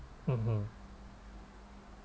mmhmm